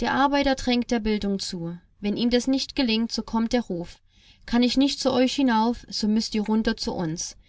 der arbeiter drängt der bildung zu wenn ihm das nicht gelingt so kommt der ruf kann ich nicht zu euch hinauf so müßt ihr runter zu uns